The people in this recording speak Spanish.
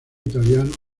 italiano